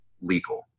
legal